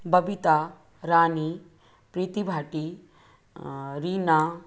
Babita Rani Preeti Bhati Reena